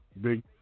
Big